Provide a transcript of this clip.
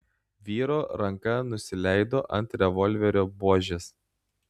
vyro ranka nusileido ant revolverio buožės